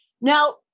Now